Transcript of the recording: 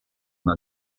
una